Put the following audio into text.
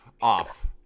off